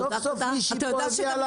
סוף-סוף מישהי פה הביאה לנו התקדמות.